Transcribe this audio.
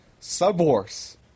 Subhorse